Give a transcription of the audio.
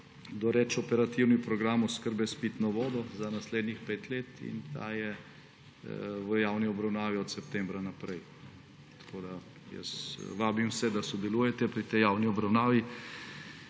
doreči operativni program oskrbe s pitno vodo za naslednjih pet let. Ta je v javni obravnavi od septembra naprej. Jaz vabim vse, da sodelujete pri tej javni obravnavi